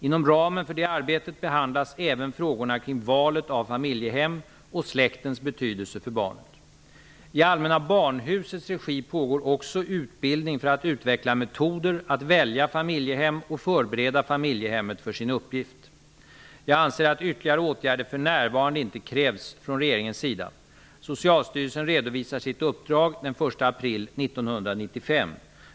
Inom ramen för detta arbete behandlas även frågorna kring valet av familjehem och släktens betydelse för barnet. I Allmänna barnhusets regi pågår också utbildning för att utveckla metoder att välja familjehem och förbereda familjehemmet för sin uppgift. Jag anser att ytterligare åtgärder för närvarande inte krävs från regeringens sida. Socialstyrelsen redovisar sitt uppdrag den 1 april 1995.